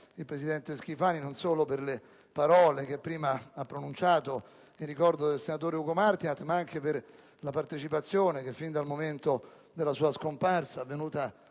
il presidente Schifani, non solo per le parole che prima ha pronunciato in ricordo del senatore Ugo Martinat, ma anche perché con la sua partecipazione, fin dal momento della sua scomparsa avvenuta